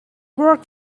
work